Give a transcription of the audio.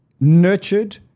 nurtured